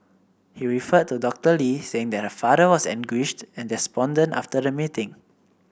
he referred to Doctor Lee saying that her father was anguished and despondent after the meeting